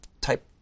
type